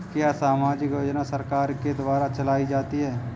क्या सामाजिक योजना सरकार के द्वारा चलाई जाती है?